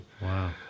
Wow